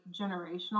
generational